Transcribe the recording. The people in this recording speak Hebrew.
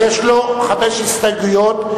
יש לו חמש הסתייגויות.